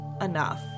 enough